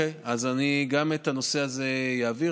אוקיי, אז גם את הנושא הזה אעביר.